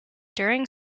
during